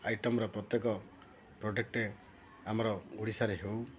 ଆଇଟମର ପ୍ରତ୍ୟେକ ପ୍ରଡ଼କ୍ଟଟେ ଆମର ଓଡ଼ିଶାରେ ହେଉ